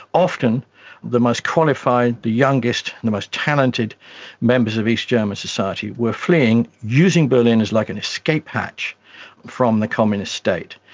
often the most qualified, the youngest and the most talented members of east german society were fleeing, using berlin as like an escape hatch from the communist state.